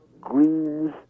greens